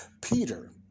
Peter